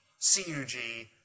CUG